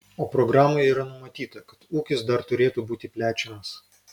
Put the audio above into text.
o programoje yra numatyta kad ūkis dar turėtų būti plečiamas